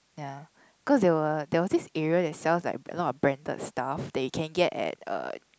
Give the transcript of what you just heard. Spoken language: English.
ya cause there were there was this area they sells like a lot of branded stuff that you can get at uh